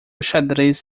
xadrez